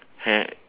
have